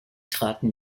traten